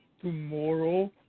tomorrow